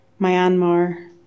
Myanmar